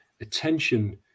attention